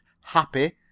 happy